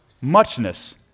muchness